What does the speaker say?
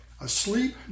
asleep